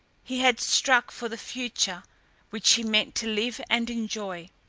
he had struck for the future which he meant to live and enjoy.